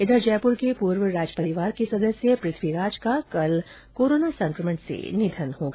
इधर जयपूर के पूर्व राज परिवार के सदस्य पृथ्वीराज का कल जयपुर में कोरोना संकमण से निधन हो गया